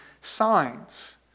signs